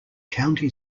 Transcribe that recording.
county